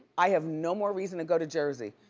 i have no more reason to go to jersey.